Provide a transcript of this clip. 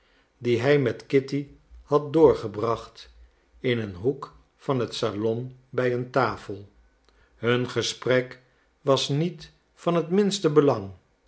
die hij met kitty had doorgebracht in een hoek van het salon bij een tafel hun gesprek was niet van het minste belang